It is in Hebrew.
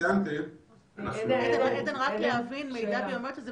האם מידע ביומטרי בלי שהעניין הזה צוין בבקשה,